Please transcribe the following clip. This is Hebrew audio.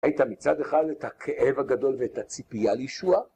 ראית מצד אחד את הכאב הגדול ואת הציפייה לישועה...